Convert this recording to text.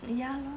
ya lor